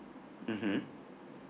mmhmm